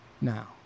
now